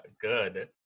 good